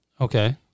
Okay